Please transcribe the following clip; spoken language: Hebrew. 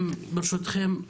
ברשותכם,